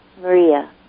Maria